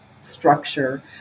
structure